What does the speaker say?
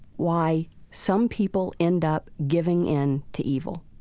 why some people end up giving in to evil,